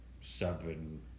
seven